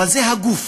זה הגוף,